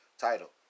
title